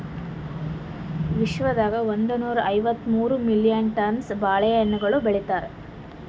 ವಿಶ್ವದಾಗ್ ಒಂದನೂರಾ ಐವತ್ತ ಮೂರು ಮಿಲಿಯನ್ ಟನ್ಸ್ ಬಾಳೆ ಹಣ್ಣುಗೊಳ್ ಬೆಳಿತಾರ್